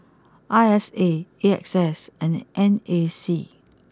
I S A A X S and N A C